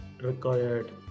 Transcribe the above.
required